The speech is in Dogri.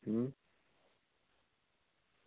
अं